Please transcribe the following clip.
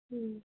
ਠੀਕ